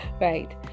Right